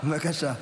בבקשה.